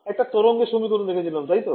একটা তরঙ্গের সমীকরণ দেখেছিলাম তাই তো